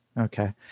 Okay